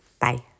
bye